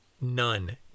None